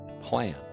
plan